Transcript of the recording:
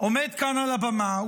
עומד כאן על הבמה,